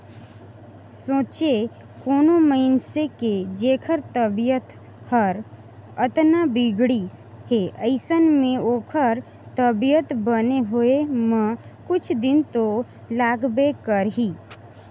सोंचे कोनो मइनसे के जेखर तबीयत हर अतना बिगड़िस हे अइसन में ओखर तबीयत बने होए म कुछ दिन तो लागबे करही